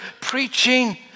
preaching